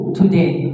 today